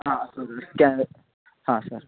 ಹಾಂ ಸರ್ ಕ್ಯಾ ಹಾಂ ಸರ್